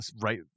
right